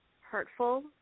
hurtful